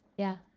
yeah.